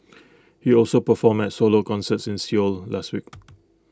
he also performed at solo concerts in Seoul last week